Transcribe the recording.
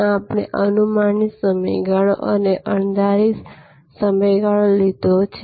ત્યાં આપણે અનુમાનિત સમયગાળો અને અણધારી સમયગાળો લીધો છે